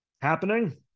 happening